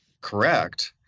correct